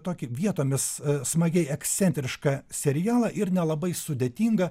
tokį vietomis smagiai ekscentrišką serialą ir nelabai sudėtingą